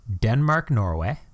Denmark-Norway